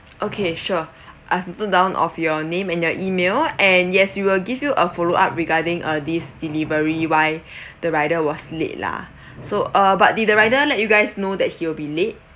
okay sure I've noted down of your name and your E-mail and yes we will give you a follow up regarding uh this delivery why the rider was late lah so uh but did the rider let you guys know that he'll be late